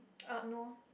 uh no